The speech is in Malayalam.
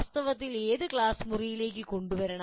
വാസ്തവത്തിൽ ഇത് ക്ലാസ് മുറിയിലേക്ക് കൊണ്ടുവരണം